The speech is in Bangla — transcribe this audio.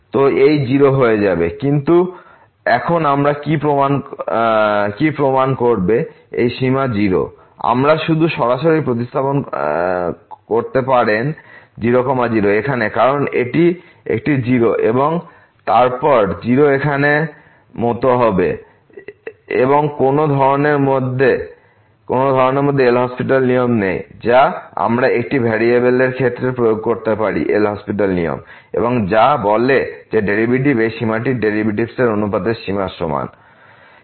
তো এই 0 হয়ে যাবে কিন্তু এখন আমরা কী প্রমাণ করবে এই সীমা 0 আমরা শুধু সরাসরি প্রতিস্থাপন করতে পারেন 0 0 এখানে কারণ এই একটি 0 এবং তারপর 0 এখানে মতো হবে এবং কোন ধরনের মধ্যে LHospital নিয়ম নেই যা আমরা একটি ভেরিয়েবলের ক্ষেত্রে প্রয়োগ করতে পারি LHospital নিয়ম এবং যা বলে যে ডেরিভেটিভ এই সীমাটি ডেরিভেটিভসের অনুপাতের সীমার সমান হবে